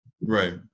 right